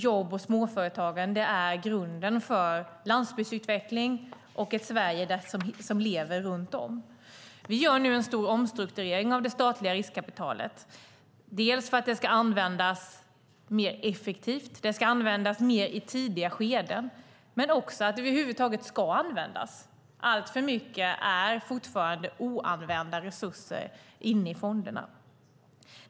Jobb och småföretagande är grunden för landsbygdsutveckling och ett Sverige som lever runt om. Vi gör nu en stor omstrukturering av det statliga riskkapitalet, dels för att det ska användas mer effektivt och mer i tidiga skeden, dels för att det över huvud taget ska användas. Alltför mycket är fortfarande oanvända resurser inne i fonderna.